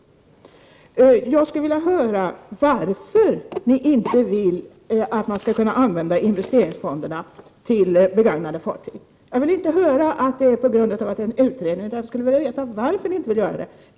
Jag skulle vilja veta varför ni inte vill att man skall kunna använda investeringsfondsmedel för investeringar i begagnade fartyg. Jag vill inte höra att det är på grund av att en utredning pågår. Jag vill veta varför ni inte vill göra det.